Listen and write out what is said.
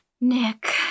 Nick